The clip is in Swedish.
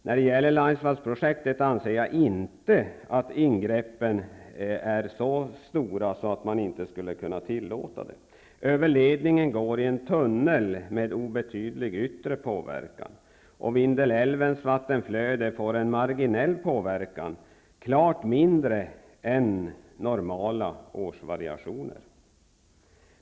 När det gäller Laisvallprojektet anser jag inte att ingreppen är så stora att brytning inte skulle kunna tillåtas. Överledningen går i en tunnel med en obetydlig yttre påverkan. Vindelälvens vattenflöde påverkas marginellt -- klart mindre än normala årsvariationer.